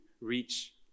reach